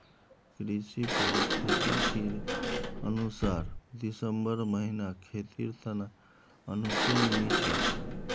कृषि पारिस्थितिकीर अनुसार दिसंबर महीना खेतीर त न अनुकूल नी छोक